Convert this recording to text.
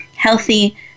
healthy